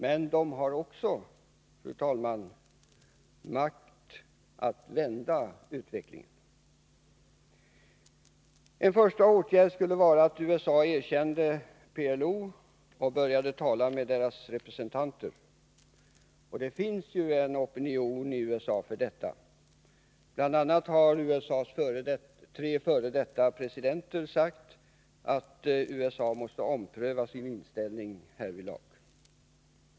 Men USA har också, fru talman, makt att vända utvecklingen. En första åtgärd skulle kunna vara att USA erkände PLO och började tala med dess representanter. Det finns en opinion i USA för detta. Bl. a. har USA:s tre senaste presidenter sagt att USA måste ompröva sin inställning härvidlag.